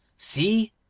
see!